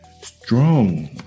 Strong